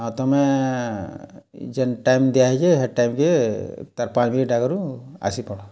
ଆଉ ତମେ ଯେନ୍ ଟାଇମ୍ ଦିଆହେଇଚେ ହେ ଟାଇମ୍କେ ତାର୍ ପାଞ୍ଚ୍ ମିନିଟ୍ ଆଗରୁ ଆସିପଡ଼